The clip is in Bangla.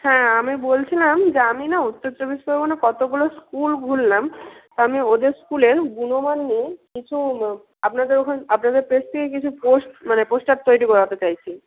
হ্যাঁ আমি বলছিলাম যে আমি না উত্তর চব্বিশ পরগণা কতগুলো স্কুল ঘুরলাম তা আমি ওদের স্কুলের গুণমান নিয়ে কিছু আপনাদের ওখান আপনাদের প্রেস থেকে কিছু পোস্ট মানে পোস্টার তৈরি করাতে চাইছি